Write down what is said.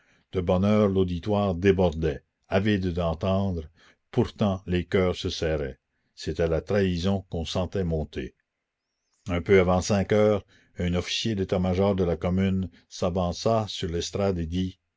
de bonne heure l'auditoire débordait avide d'entendre pourtant les cœurs se serraient c'était la trahison qu'on sentait monter la commune un peu avant cinq heures un officier d'état-major de la commune s'avança sur l'estrade